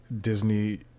Disney